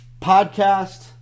Podcast